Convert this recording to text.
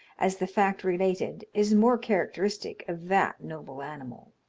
as the fact related is more characteristic of that noble animal.